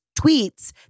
tweets